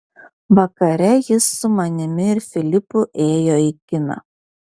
vakare jis su manimi ir filipu ėjo į kiną